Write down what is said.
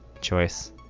choice